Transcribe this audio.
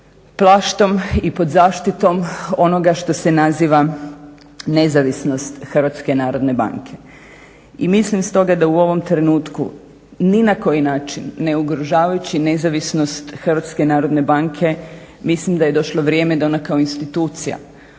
plaštom i pod zaštitom onoga što se naziva nezavisnost HNB. I mislim stoga da u ovom trenutku ni na koji način ne ugrožavajući nezavisnost HNB, mislim da je došlo vrijeme da ona kao institucija